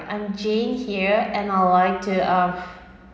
I'm jane here and I would like to uh